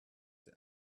the